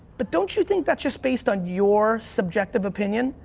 but don't you think that's just based on your subjective opinion?